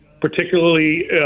particularly